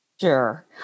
Sure